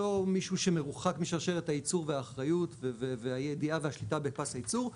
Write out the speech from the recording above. לא מישהו שמרוחק משרשרת הייצור והאחריות והידיעה והשליטה בפס הייצור,